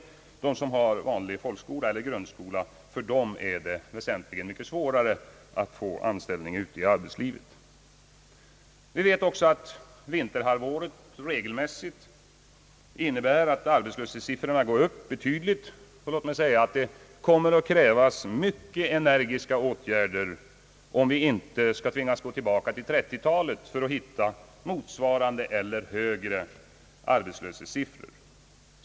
För den som har vanlig folkskola eller grundskola är det väsentligt mycket svårare att få anställning ute i arbetslivet. Vi vet också att vinterhalvåret regelmässigt innebär att arbetslöshetssiffrorna ökar betydligt. Det kommer att krävas mycket energiska åtgärder om vi inte skall tvingas gå tillbaka till 1930 talet för att finna motsvarande eller högre arbetslöshetssiffror.